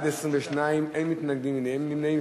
בעד, 22, אין מתנגדים, אין נמנעים.